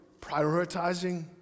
prioritizing